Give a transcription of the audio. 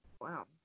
Wow